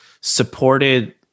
supported